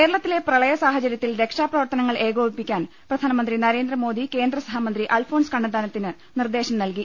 കേരളത്തിലെ പ്രളയ സാഹചര്യത്തിൽ രക്ഷാ പ്രവർത്തന ങ്ങൾ ഏകോപിപ്പിക്കാൻ പ്രധാനമന്ത്രി നരേന്ദ്രമോദി കേന്ദ്രസ ഹമന്ത്രി അൽഫോൺസ് കണ്ണന്താനത്തിന് നിർദ്ദേശം നൽകി